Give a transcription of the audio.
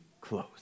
close